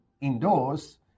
indoors